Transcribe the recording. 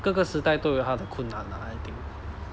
各个时代都有它的困难啊 I think